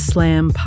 Slam